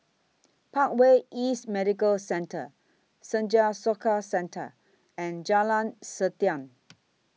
Parkway East Medical Centre Senja Soka Centre and Jalan Siantan